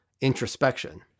introspection